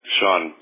Sean